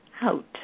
out